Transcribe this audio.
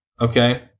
okay